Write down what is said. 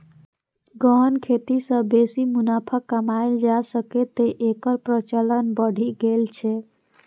गहन खेती सं बेसी मुनाफा कमाएल जा सकैए, तें एकर प्रचलन बढ़ि गेल छै